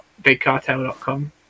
BigCartel.com